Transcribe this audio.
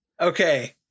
Okay